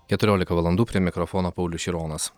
keturiolika valandų prie mikrofono paulius šironas